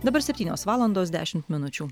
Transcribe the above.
dabar septynios valandos dešimt minučių